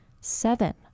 Seven